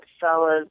fellas